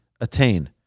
attain